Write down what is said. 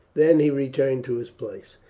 then he returned to his place.